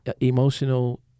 emotional